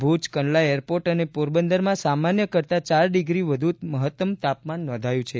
ભુજ કંડલા એરપોર્ટર અને પોરબંદરમાં સામાન્ય કરતાં ચાર ડિગ્રી વધુ મહત્તમ તાપમાન નોંધાયું છે